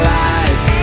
life